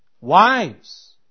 wives